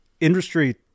industry